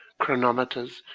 chronometers,